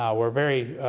um we're very